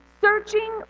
searching